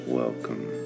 welcome